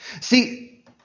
See